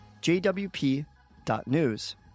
jwp.news